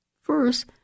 First